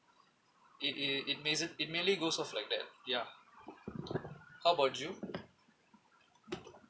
it it it basi~ it mainly goes off like that ya how about you